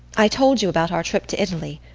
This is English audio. i told you about our trip to italy.